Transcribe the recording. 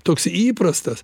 toks įprastas